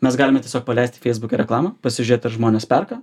mes galime tiesiog paleisti feisbuke reklamą pasižiūrėt ar žmonės perka